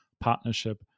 partnership